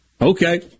Okay